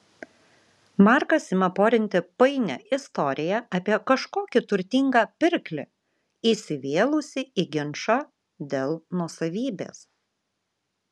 markas ima porinti painią istoriją apie kažkokį turtingą pirklį įsivėlusį į ginčą dėl nuosavybės